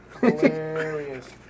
Hilarious